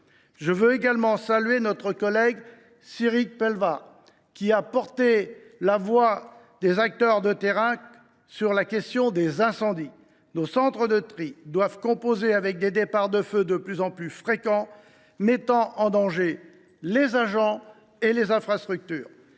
Je veux également saluer notre collègue Cyril Pellevat, qui s’est fait l’écho des acteurs de terrain sur la question des incendies. Nos centres de tri doivent composer avec des départs de feu de plus en plus fréquents, qui mettent en danger les agents et les infrastructures.